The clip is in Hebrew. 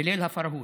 בליל הפרהוד.